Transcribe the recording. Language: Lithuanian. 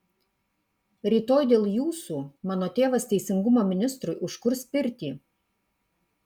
rytoj dėl jūsų mano tėvas teisingumo ministrui užkurs pirtį